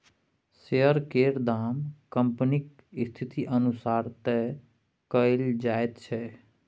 share केर दाम कंपनीक स्थिति अनुसार तय कएल जाइत छै